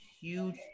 huge